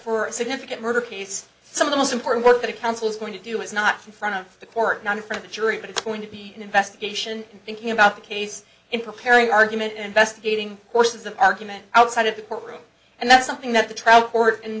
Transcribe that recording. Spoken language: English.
a significant murder case some of the most important work that a council is going to do is not in front of the court not in from the jury but it's going to be an investigation thinking about the case in preparing argument investigating courses of argument outside of the courtroom and that's something that the